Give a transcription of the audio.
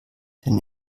denn